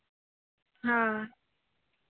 ᱦᱳᱭ